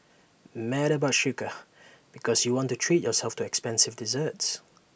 mad about Sucre because you want to treat yourself to expensive desserts